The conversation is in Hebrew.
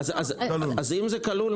אז אם זה כלול,